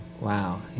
Wow